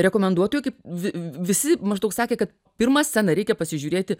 rekomenduotojai kaip visi maždaug sakė kad pirmą sceną reikia pasižiūrėti